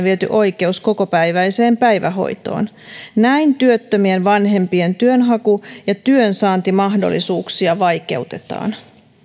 viety oikeus kokopäiväiseen päivähoitoon näin työttömien vanhempien työnhaku ja työnsaantimahdollisuuksia vaikeutetaan